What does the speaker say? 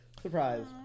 Surprise